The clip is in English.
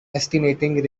estimating